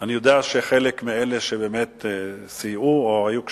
אני יודע שחלק מאלה שבאמת סייעו או היו קשורים,